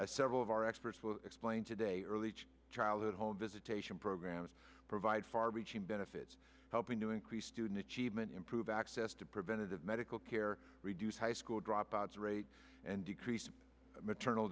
several of our experts will explain today early childhood home visitation programs provide far reaching benefits helping to increase student achievement improve access to preventative medical care reduce high school dropout rate and decrease maternal